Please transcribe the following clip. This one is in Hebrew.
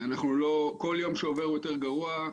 כל יום שעובר הוא יותר גרוע.